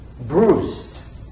Bruised